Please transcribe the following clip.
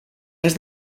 has